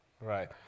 right